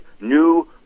new